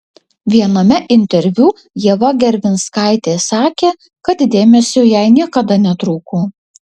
viename interviu ieva gervinskaitė sakė kad dėmesio jai niekada netrūko